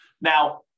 Now